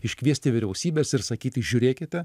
iškviesti vyriausybes ir sakyti žiūrėkite